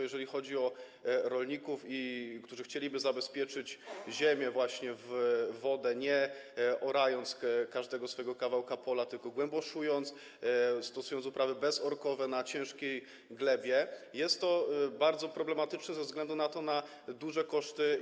Jeżeli chodzi o rolników, którzy chcieliby zabezpieczyć ziemię właśnie w wodę, nie orząc każdego kawałka swojego pola, tylko głęboszując, stosując uprawy bezorkowe na ciężkiej glebie, to jest to bardzo problematyczne ze względu na duże koszty.